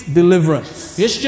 deliverance